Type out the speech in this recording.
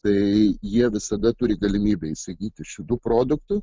tai jie visada turi galimybę įsigyti šitų produktų